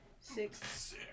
Six